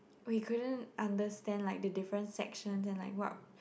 we couldn't understand like the different section then like what